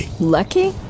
Lucky